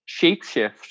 Shapeshift